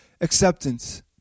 acceptance